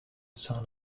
son